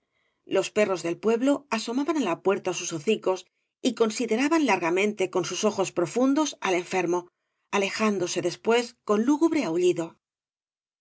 los perros del pueblo asomaban á la puerta sus hocicos y coneíáeraban largamente con bus ojos profundos al enfermo alejándose después coü